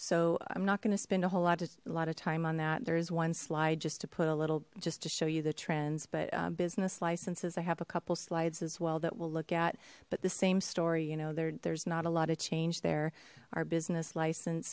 so i'm not going to spend a whole lot of time on that there is one slide just to put a little just to show you the trends but business licenses i have a couple slides as well that we'll look at but the same story you know there there's not a lot of change there our business license